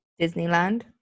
Disneyland